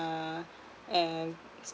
uh uh